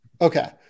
Okay